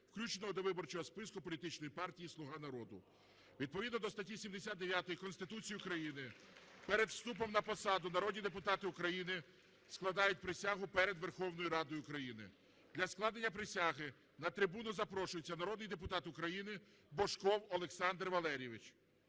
включеного до виборчого списку політичної партії "Слуга народу". Відповідно до статті 79 Конституції України перед вступом на посаду народні депутати України складають присягу перед Верховною Радою України. Для складення присяги на трибуну запрошується народний депутат України Божков Олександр Валерійович.